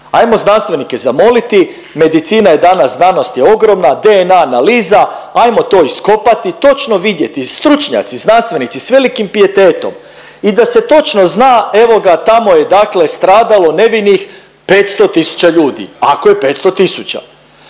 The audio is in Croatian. ajmo znanstvenike zamoliti, medicina je danas znanost je ogromna, dnk analiza, ajmo to iskopati, i točno vidjeti stručnjaci, znanstvenici s velikim pijetetom i da ta se točno zna evo tamo je dakle stradalo nevinih 500 tisuća ljudi ako je 500